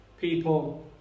people